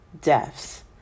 deaths